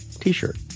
t-shirt